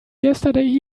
yesterday